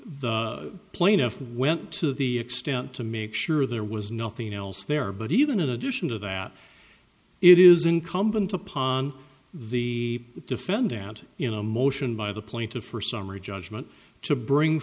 the plaintiff went to the extent to make sure there was nothing else there but even in addition to that it is incumbent upon the defendant in a motion by the plaintiff for summary judgment to bring